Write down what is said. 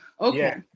okay